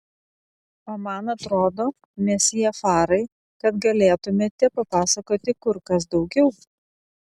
o man atrodo mesjė farai kad galėtumėte papasakoti kur kas daugiau